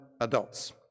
adults